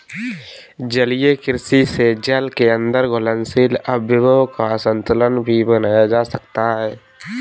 जलीय कृषि से जल के अंदर घुलनशील अवयवों का संतुलन भी बनाया जा सकता है